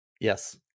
yes